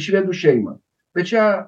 į švedų šeimą tai čia